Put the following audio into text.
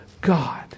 God